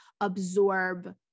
absorb